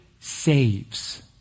saves